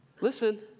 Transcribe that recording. listen